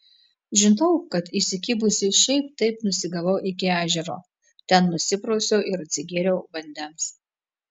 žinau kad įsikibusi šiaip taip nusigavau iki ežero ten nusiprausiau ir atsigėriau vandens